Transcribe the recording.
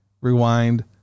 rewind